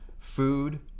food